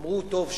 אמרו: טוב,